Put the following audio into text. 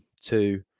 two